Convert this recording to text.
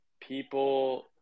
people